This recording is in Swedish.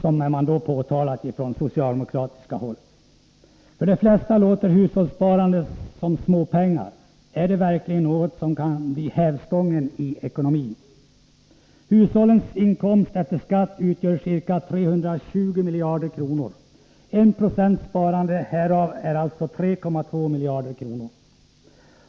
De flesta ser på hushållssparandet som något som handlar om småpengar, och man frågar sig om det verkligen är något som kan bli en hävstång i ekonomin. Hushållens inkomst efter skatt utgör ca 320 miljarder kronor. En procents sparande härav är alltså 3,2 miljarder kronor.